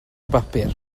bapur